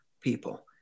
people